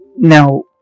Now